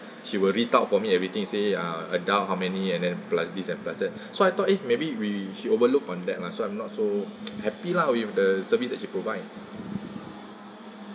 she will reach out for me everything say uh adult how many and then plus this and plus that so I thought eh maybe we she overlooked on that lah so I'm not so happy lah with the service that you provide